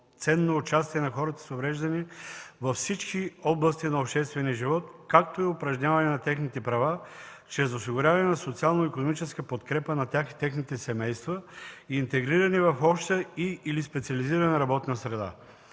пълноценно участие на хората с увреждания във всички области на обществения живот, както и упражняване на техните права чрез осигуряване на социално-икономическа подкрепа на тях и техните семейства, интегрирани в обща и/или специализирана работна среда.